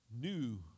new